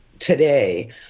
Today